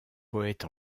poète